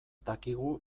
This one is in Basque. dakigu